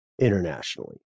internationally